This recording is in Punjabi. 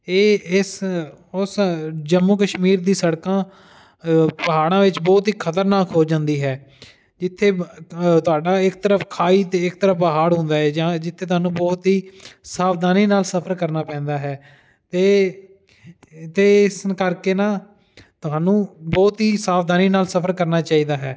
ਇਹ ਇਸ ਉਸ ਜੰਮੂ ਕਸ਼ਮੀਰ ਦੀ ਸੜਕਾਂ ਪਹਾੜਾਂ ਵਿੱਚ ਬਹੁਤ ਹੀ ਖਤਰਨਾਕ ਹੋ ਜਾਂਦੀ ਹੈ ਜਿੱਥੇ ਤੁਹਾਡਾ ਇੱਕ ਤਰਫ ਖਾਈ ਅਤੇ ਇੱਕ ਤਰਫ ਪਹਾੜ ਹੁੰਦਾ ਜਾਂ ਜਿੱਥੇ ਤੁਹਾਨੂੰ ਬਹੁਤ ਹੀ ਸਾਵਧਾਨੀ ਨਾਲ ਸਫਰ ਕਰਨਾ ਪੈਂਦਾ ਹੈ ਅਤੇ ਅਤੇ ਇਸ ਕਰਕੇ ਨਾ ਤੁਹਾਨੂੰ ਬਹੁਤ ਹੀ ਸਾਵਧਾਨੀ ਨਾਲ ਸਫਰ ਕਰਨਾ ਚਾਹੀਦਾ ਹੈ